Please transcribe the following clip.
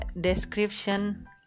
description